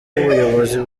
ubuyobozi